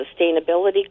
sustainability